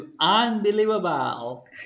unbelievable